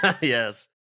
Yes